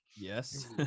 Yes